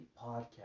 podcast